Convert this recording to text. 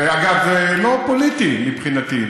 ואגב, זה לא פוליטי מבחינתי.